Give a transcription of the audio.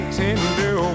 tender